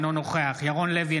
אינו נוכח ירון לוי,